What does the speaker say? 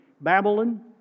Babylon